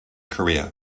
korea